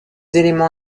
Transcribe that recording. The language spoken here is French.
éléments